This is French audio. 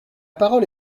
parole